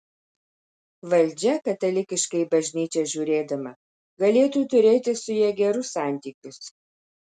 valdžia katalikiškai į bažnyčią žiūrėdama galėtų turėti su ja gerus santykius